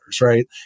right